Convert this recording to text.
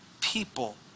people